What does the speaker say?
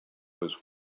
was